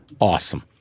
awesome